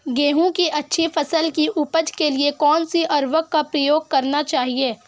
गेहूँ की अच्छी फसल की उपज के लिए कौनसी उर्वरक का प्रयोग करना चाहिए?